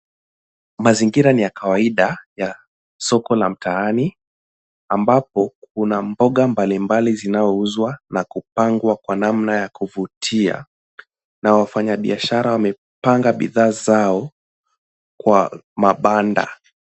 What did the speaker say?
Mazingira ni ya kawaida ya soko la mtaani ambapo kuna mboga mbali mbali zinazouzwa na kupangwa kwa namna ya kuvutia na wafanyibiashara wamepanga bidhaa zao kwa mabanda.